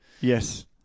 Yes